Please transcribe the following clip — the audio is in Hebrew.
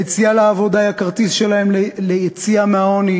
היציאה לעבודה היא הכרטיס שלהם ליציאה מהעוני